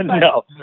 no